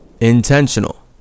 intentional